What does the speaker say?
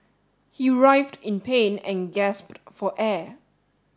he writhed in pain and gasped for air